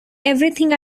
everything